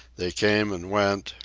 they came and went,